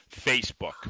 Facebook